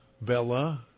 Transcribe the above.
Bella